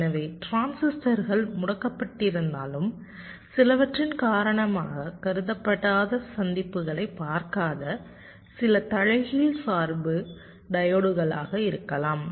எனவே டிரான்சிஸ்டர்கள் முடக்கப்பட்டிருந்தாலும் சிலவற்றின் காரணமாக கடத்தப்படாத சந்திப்புகளைப் பார்க்காத சில தலைகீழ் சார்பு டையோட்களாக இருக்கலாம்